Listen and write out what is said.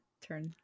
turn